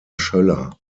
schoeller